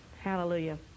Hallelujah